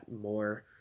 more